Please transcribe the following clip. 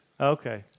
Okay